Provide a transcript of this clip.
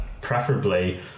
preferably